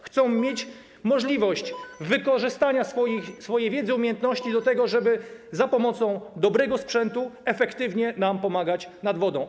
Chcą mieć możliwość wykorzystania swojej wiedzy i umiejętności do tego, żeby za pomocą dobrego sprzętu efektywnie pomagać nam nad wodą.